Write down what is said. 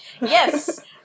Yes